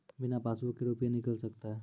बिना पासबुक का रुपये निकल सकता हैं?